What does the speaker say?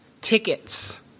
tickets